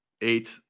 eight